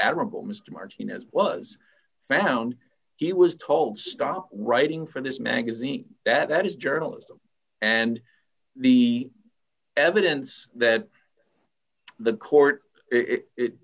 admirable mr martinez was found he was told stop were writing for this magazine that his journalism and the evidence that the court it